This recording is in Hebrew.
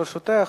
ברשותך,